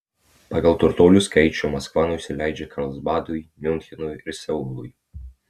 pagal turtuolių skaičių maskva nusileidžia karlsbadui miunchenui ir seului